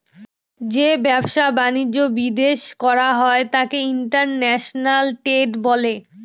যে ব্যবসা বাণিজ্য বিদেশ করা হয় তাকে ইন্টারন্যাশনাল ট্রেড বলে